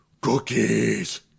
Cookies